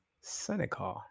Seneca